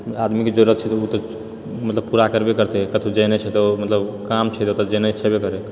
आदमीके जरुरत छै तऽ ओ तऽ मतलब पूरा करबे करतै कतहुँ जेनाइ छै तऽ मतलब काम छै ततऽ जेनाइ छेबे करै